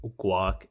guac